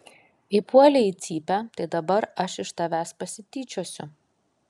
įpuolei į cypę tai dabar aš iš tavęs pasityčiosiu